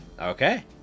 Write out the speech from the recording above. Okay